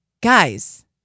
Guys